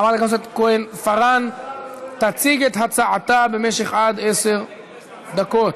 חברת הכנסת כהן-פארן תציג את הצעתה במשך עד עשר דקות.